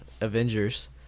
Avengers